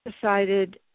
decided